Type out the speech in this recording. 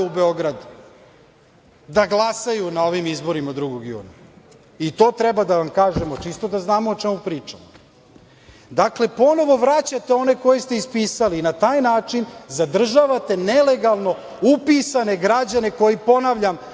u Beograd, da glasaju na ovim izborima 2. juna. I to treba da vam kažemo, čisto da znamo o čemu pričamo. Dakle, ponovo vraćate one koje ste ispisali i na taj način zadržavate nelegalno upisane građane koji, ponavljam,